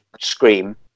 scream